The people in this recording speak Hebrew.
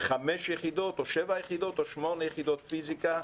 חמש יחידות או שבע יחידות או שמונה יחידות פיזיקה,